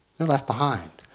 they're left behind.